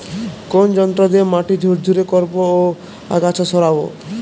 কোন যন্ত্র দিয়ে মাটি ঝুরঝুরে করব ও আগাছা সরাবো?